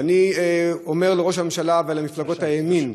ואני אומר לראש הממשלה ולמפלגות הימין,